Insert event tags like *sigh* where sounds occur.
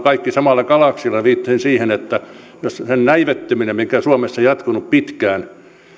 *unintelligible* kaikki samalla galaksilla viittasin siihen että jos se näivettyminen olisi jatkunut mikä suomessa on jatkunut pitkään